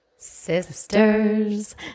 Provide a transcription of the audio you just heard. sisters